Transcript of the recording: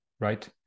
right